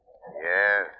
Yes